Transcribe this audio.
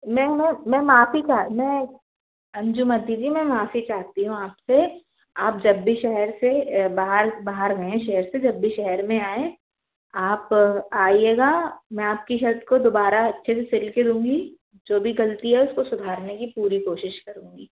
नहीं मैं मैं माफ़ी चाह मैं अंजूमति जी मैं माफ़ी चाहती हूँ आपसे आप जब भी शहर से बाहर बाहर हैं शहर से जब भी शहर में आएँ आप आइएगा मैं आपकी शर्ट को दोबारा अच्छे से सिल के दूंगी जो भी गलती है उसको सुधारने की पूरी कोशिश करूंगी